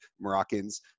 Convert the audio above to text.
Moroccans